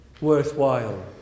worthwhile